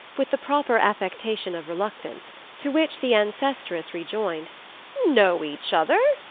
with the proper affectation of reluctance to which the ancestress rejoined know each other?